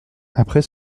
après